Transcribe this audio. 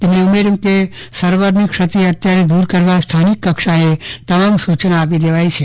તેમણે ઉમેર્યું કે સર્વરની ક્ષતિઓ અત્યારે દ્વર કરવા સ્થાનિક કક્ષાએ તમામ સૂચના આપી દેવાઈ છે